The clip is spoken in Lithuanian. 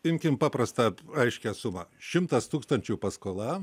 imkim paprastą aiškią sumą šimtas tūkstančių paskola